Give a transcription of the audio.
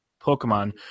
Pokemon